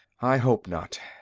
i hope not.